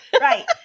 Right